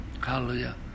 Hallelujah